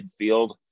midfield